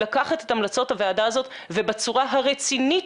לקחת את המלצות הוועדה הזאת ובצורה הרצינית